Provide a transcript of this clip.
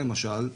למשל,